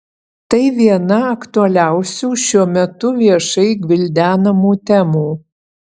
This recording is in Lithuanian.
tai viena aktualiausių šiuo metu viešai gvildenamų temų